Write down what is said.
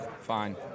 fine